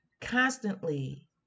constantly